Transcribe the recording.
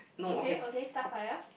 okay okay star fire